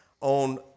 on